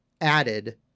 added